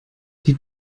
die